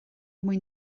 mwyn